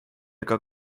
ega